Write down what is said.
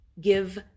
give